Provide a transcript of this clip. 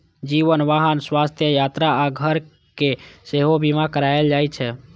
जीवन, वाहन, स्वास्थ्य, यात्रा आ घर के सेहो बीमा कराएल जाइ छै